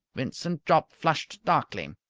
vincent jopp flushed darkly.